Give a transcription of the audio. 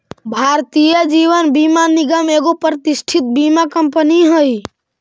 भारतीय जीवन बीमा निगम एगो प्रतिष्ठित बीमा कंपनी हई